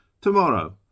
tomorrow